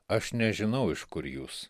aš nežinau iš kur jūs